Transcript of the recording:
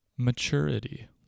Maturity